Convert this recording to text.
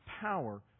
power